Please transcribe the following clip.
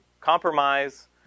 compromise